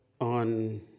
on